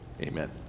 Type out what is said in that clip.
Amen